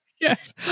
Yes